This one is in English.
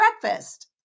breakfast